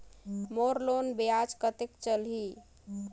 मोर loan ब्याज कतेक चलही?